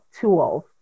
tools